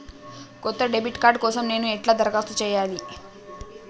కొత్త debit card కోసం నేను ఎట్లా దరఖాస్తు చేయాలి?